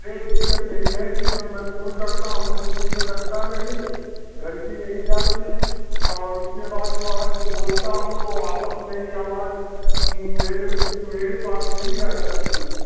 यह दिक़्क़त यही है कि जब मैं फ़ोन करता हूँ तो ठीक से लगता नहीं घंटी नहीं जाती और इसके बाद जो है जो बोलता हूँ वह वापस मेरी आवाज़ मेरे मेरे पास ही रह जाती है